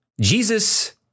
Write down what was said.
Jesus